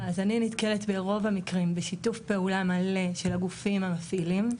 אז אני נתקלת ברוב המקרים בשיתוף פעולה מלא של הגופים המפעילים,